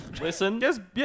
Listen